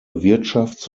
wirtschafts